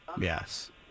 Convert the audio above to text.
Yes